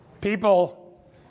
People